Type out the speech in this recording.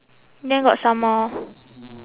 there got some more